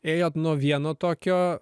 ėjot nuo vieno tokio